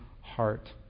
heart